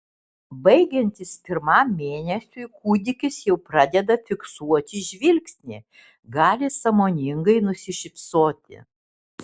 baigiantis pirmam mėnesiui kūdikis jau pradeda fiksuoti žvilgsnį gali sąmoningai nusišypsoti